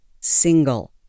single